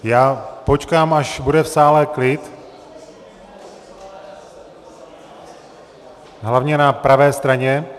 Já počkám, až bude v sále klid, hlavně na pravé straně.